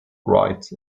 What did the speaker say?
rights